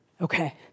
Okay